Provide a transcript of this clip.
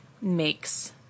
makes